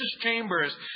chambers